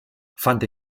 fand